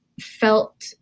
felt